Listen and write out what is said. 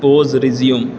pose resume